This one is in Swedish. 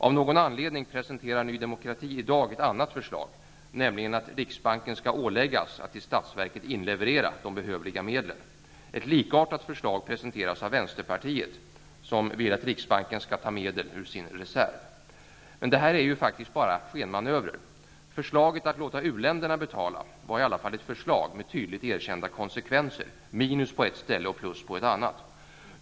Av någon anledning presenterar Ny demokrati i dag ett annat förslag, nämligen att riksbanken skall åläggas att till statsverket inleverera de behövliga medlen. Ett likartat förslag presenteras av vänsterpartiet, som vill att riksbanken skall ta medel ur sin reserv. Detta är bara skenmanövrer. Förslaget att låta uländerna betala var i varje fall ett förslag med tydligt erkända konsekvenser. Minus på ett ställe och plus på ett annat.